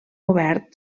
obert